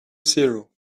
zero